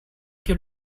que